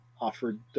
offered